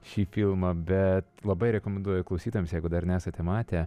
šį filmą bet labai rekomenduoju klausytojams jeigu dar nesate matę